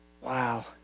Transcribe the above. wow